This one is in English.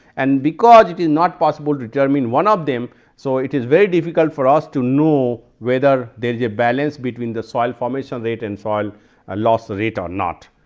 and because, it is not possible determine one of them so, it is very difficult for us to know whether there is a balance between the soil formation rate and soil ah loss rate or not.